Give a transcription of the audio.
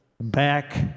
back